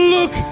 Look